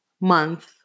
month